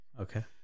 Okay